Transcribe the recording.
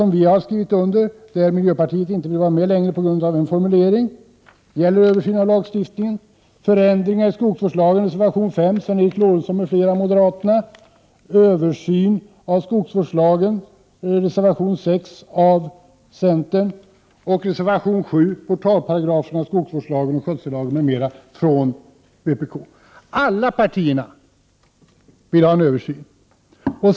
Miljöpartiet vill nu inte vara med längre på grund av en formulering. Det gäller översynen av lagstiftningen. Alla partierna vill ha en översyn.